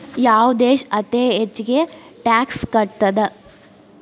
ಯಾವ್ ದೇಶ್ ಅತೇ ಹೆಚ್ಗೇ ಟ್ಯಾಕ್ಸ್ ಕಟ್ತದ?